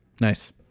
Nice